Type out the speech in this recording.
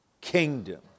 kingdom